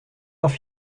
heure